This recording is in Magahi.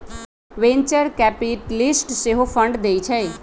वेंचर कैपिटलिस्ट सेहो फंड देइ छइ